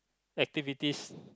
activities